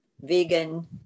vegan